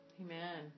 Amen